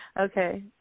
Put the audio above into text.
Okay